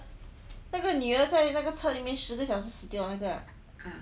那个女儿在那个车里面十个小时那个 ah